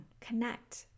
Connect